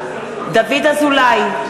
אזולאי,